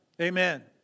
Amen